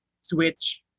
switch